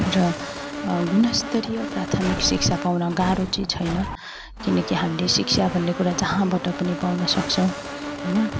र गुणस्तरीय प्राथामिक शिक्षा पाउँन गाह्रो चाहिँ छैन किनकि हामीले शिक्षा भन्ने कुरा जहाँबाट पनि पाउन सक्छौँ होइन